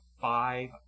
five